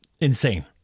insane